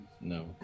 No